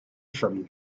from